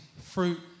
fruit